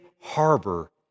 harbor